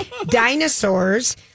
Dinosaurs